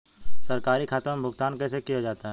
सरकारी खातों में भुगतान कैसे किया जाता है?